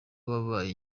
wabaye